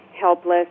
helpless